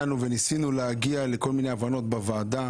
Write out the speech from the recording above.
להגיע לכל מיני הבנות בוועדה.